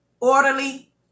orderly